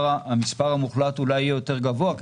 כי המספר המוחלט אולי יהיה יותר גבוה כי